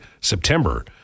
September